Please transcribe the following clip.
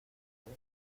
este